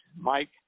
Mike